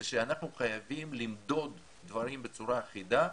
אנחנו חייבים למדוד דברים בצורה אחידה.